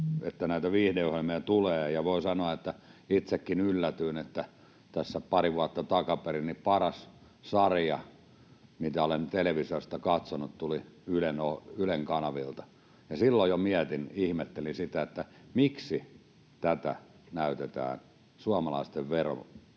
voin sanoa, että itsekin yllätyin, että tässä pari vuotta takaperin paras sarja, mitä olen televisiosta katsonut, tuli Ylen kanavilta, ja jo silloin mietin, ihmettelin sitä, miksi tätä näytetään suomalaisten veronmaksajien